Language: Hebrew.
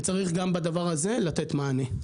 וצריך גם בדבר הזה לתת מענה.